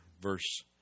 verse